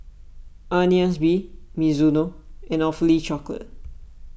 Agnes B Mizuno and Awfully Chocolate